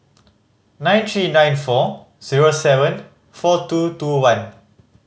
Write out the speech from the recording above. nine three nine four zero seven four two two one